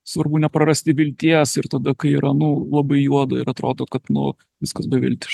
svarbu neprarasti vilties ir tada kai yra nu labai juoda ir atrodo kad nu viskas beviltiš